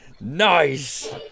Nice